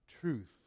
truth